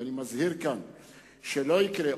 ואני מזהיר כאן כדי שזה לא יקרה,